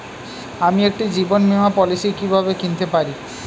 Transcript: আমি একটি জীবন বীমা পলিসি কিভাবে কিনতে পারি?